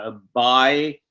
ah by,